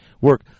work